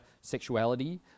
sexuality